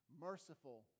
merciful